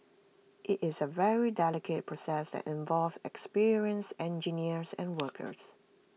IT is A very delicate process that involves experienced engineers and workers